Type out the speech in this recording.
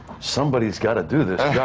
somebody's gotta do this